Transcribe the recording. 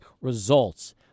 Results